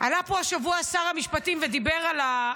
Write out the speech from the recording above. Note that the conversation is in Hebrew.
אני אספר לכם